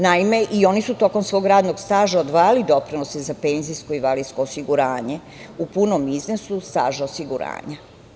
Naime, i oni su tokom svog radnog staža odvajali doprinose za penzijsko i invalidsko osiguranje u punom iznosu staža osiguranja.